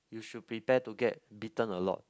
you should prepare to get bitten a lot